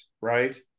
Right